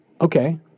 okay